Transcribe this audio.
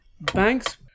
Banks